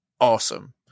awesome